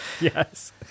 Yes